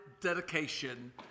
dedication